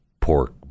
pork